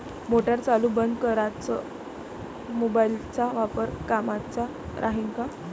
Motor चालू बंद कराच मोबाईलचा वापर कामाचा राहीन का?